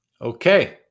Okay